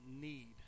need